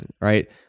Right